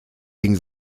gegen